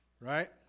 right